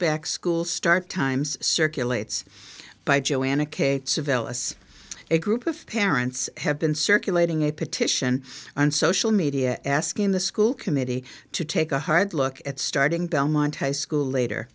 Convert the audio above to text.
back school start times circulates by joanna k seville as a group of parents have been circulating a petition on social media asking the school committee to take a hard look at starting belmont high school later